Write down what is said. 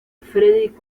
frederick